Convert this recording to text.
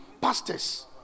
pastors